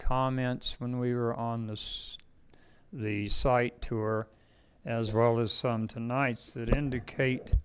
comments when we were on this the site tour as well as some tonight's that indicate